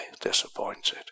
disappointed